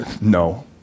No